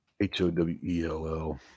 H-O-W-E-L-L